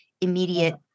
immediate